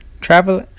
travel